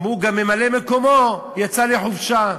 אמרו: גם ממלא-מקומו יצא לחופשה.